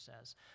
says